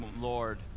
Lord